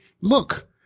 Look